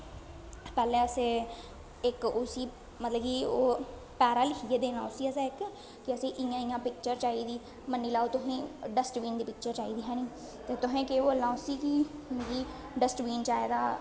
पह्ले असें इक उस्सी मतलब कि ओह् पैरा लिक्खियै देना उस्सी असें इक कि असें इ'यां इ'यां पिक्चर चाहिदी मन्नी लेऔ तुस डस्टबीन दी पिक्चर चाहिदी ऐ नां ते तुसें केह् बोलना उस्सी कि डस्टवीन चाहिदा